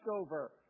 over